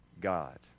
God